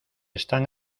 están